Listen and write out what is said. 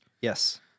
Yes